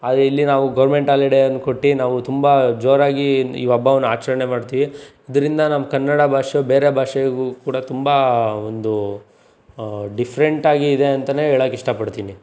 ಆದರೆ ಇಲ್ಲಿ ನಾವು ಗೋರ್ಮೆಂಟ್ ಆಲಿಡೆ ಅಂತ ಕೊಟ್ಟು ನಾವು ತುಂಬ ಜೋರಾಗಿ ಈ ಹಬ್ಬವನ್ನು ಆಚರಣೆ ಮಾಡ್ತೀವಿ ಇದರಿಂದ ನಮ್ಮ ಕನ್ನಡ ಭಾಷೆ ಬೇರೆ ಭಾಷೆಗೂ ಕೂಡ ತುಂಬ ಒಂದು ಡಿಫ್ರೆಂಟ್ ಆಗಿ ಇದೆ ಅಂತಲೇ ಹೇಳೋಕ್ಕೆ ಇಷ್ಟಪಡ್ತೀನಿ